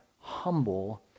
humble